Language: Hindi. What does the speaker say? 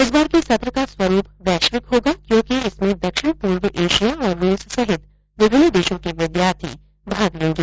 इस बार के सत्र का स्वरूप वैश्विक होगा क्योंकि इसमें दक्षिण पूर्व एशिया और रूस सहित विभिन्न देशों के विद्यार्थी भाग लेंगे